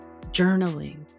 journaling